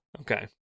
Okay